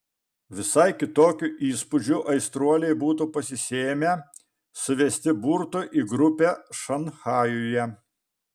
visai kitokių įspūdžių aistruoliai būtų pasisėmę suvesti burtų į grupę šanchajuje